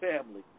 family